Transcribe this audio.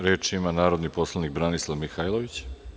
Reč ima narodni poslanik Branislav Mihajlović.